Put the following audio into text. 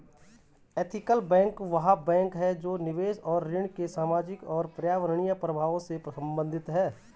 ethical bank वह bank है जो निवेश और ऋण के सामाजिक और पर्यावरणीय प्रभावों से संबंधित है